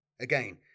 Again